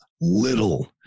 little